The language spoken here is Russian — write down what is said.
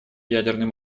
ядерным